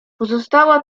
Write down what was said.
pozostała